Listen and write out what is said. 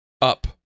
up